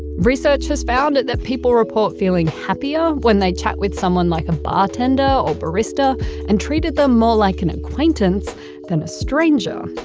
research has found that people report feeling happier when they chat with someone like a bartender or a barista and treated them more like an acquaintance than a stranger.